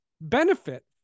benefit